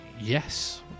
yes